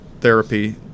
therapy